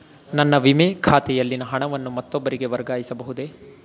ನನ್ನ ವಿಮೆ ಖಾತೆಯಲ್ಲಿನ ಹಣವನ್ನು ಮತ್ತೊಬ್ಬರಿಗೆ ವರ್ಗಾಯಿಸ ಬಹುದೇ?